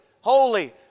holy